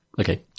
Okay